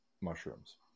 mushrooms